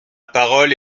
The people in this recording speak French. parole